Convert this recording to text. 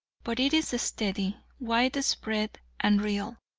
but it is steady, widespread and real,